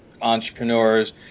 entrepreneurs